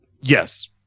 Yes